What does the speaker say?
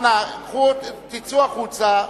אנא צאו החוצה.